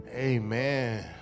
Amen